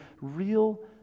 real